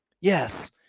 Yes